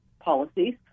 policies